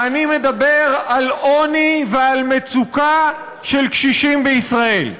ואני מדבר על עוני ועל מצוקה של קשישים בישראל.